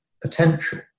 potential